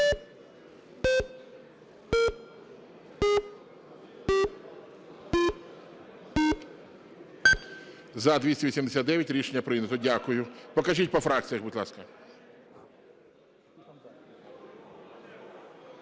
За-289 Рішення прийнято. Дякую. Покажіть по фракціях, будь ласка.